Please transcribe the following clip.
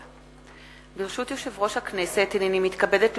חברות וחברי הכנסת, היום,